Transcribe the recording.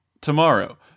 tomorrow